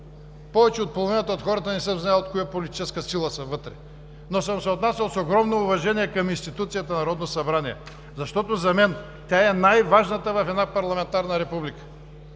Повече от половината от хората вътре не съм знаел от коя политическа сила са, но съм се отнасял с огромно уважение към институцията Народно събрание, защото за мен тя е най-важната в една парламентарна република.